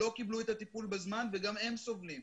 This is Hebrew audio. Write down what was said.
לא קיבלו את הטיפול בזמן וגם הם סובלים.